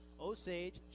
Osage